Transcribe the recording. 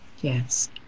Yes